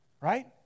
Right